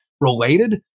related